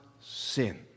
sin